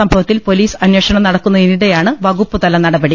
സംഭവത്തിൽ പൊലീസ് അന്വേഷണം നടക്കുന്നതിനിടെയാണ് വകു പ്പുതല നടപടി